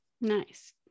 nice